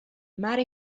mare